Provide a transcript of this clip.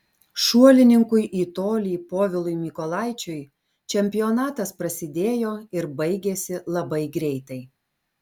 šuolininkui į tolį povilui mykolaičiui čempionatas prasidėjo ir baigėsi labai greitai